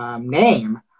name